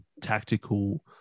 tactical